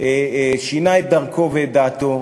שינה את דרכו ואת דעתו,